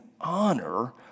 honor